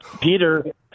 Peter